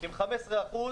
עם 15%